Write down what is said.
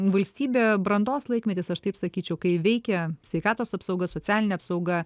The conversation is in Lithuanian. valstybė brandos laikmetis aš taip sakyčiau kai veikia sveikatos apsauga socialinė apsauga